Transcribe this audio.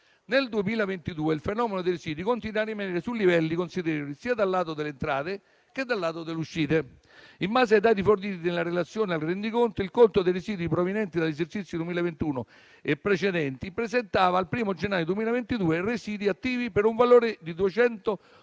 Nel 2022 il fenomeno dei residui continua a rimanere su livelli considerevoli, sia dal lato delle entrate che dal lato delle uscite. In base ai dati forniti nella relazione al rendiconto, il conto dei residui provenienti dagli esercizi 2021 e precedenti presentava, al 1° gennaio 2022, residui attivi per un valore di 212.962 milioni